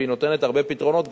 והיא נותנת הרבה פתרונות.